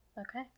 okay